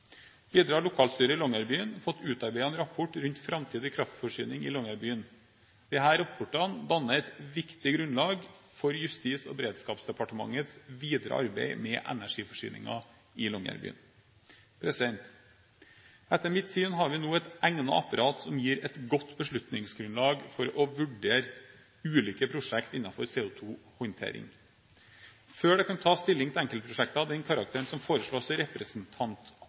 Videre har lokalstyret i Longyearbyen fått utarbeidet en rapport rundt framtidig kraftforsyning i Longyearbyen. Denne rapporten danner et viktig grunnlag for Justis- og beredskapsdepartementets videre arbeid med energiforsyningen i Longyearbyen. Etter mitt syn har vi nå et egnet apparat som gir et godt beslutningsgrunnlag for å vurdere ulike prosjekter innenfor CO2-håndtering. Før det kan tas stilling til enkeltprosjekter av den karakter som foreslås